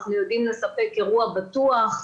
אנחנו יודעים לספק אירוע בטוח,